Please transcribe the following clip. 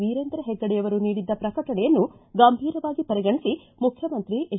ವೀರೇಂದ್ರ ಹೆಗ್ಗಡೆಯವರು ನೀಡಿದ್ದ ಪ್ರಕಟಣೆಯನ್ನು ಗಂಭೀರವಾಗಿ ಪರಿಗಣಿಸಿ ಮುಖ್ಯಮಂತ್ರಿ ಎಚ್